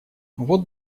вот